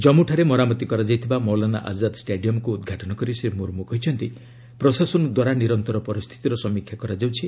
କଞ୍ଜୁଠାରେ ମରାମତି କରାଯାଇଥିବା ମୌଲାନା ଆଜାଦ୍ ଷ୍ଟାଡିୟମ୍କୁ ଉଦ୍ଘାଟନ କରି ଶ୍ରୀ ମୁର୍ମୁ କହୁଛନ୍ତି ପ୍ରଶାସନଦ୍ୱାରା ନିରନ୍ତର ପରିସ୍ଥିତିର ସମୀକ୍ଷା କରାଯାଉଛି